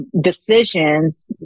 decisions